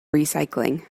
recycling